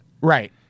right